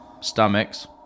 stomachs